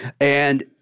And-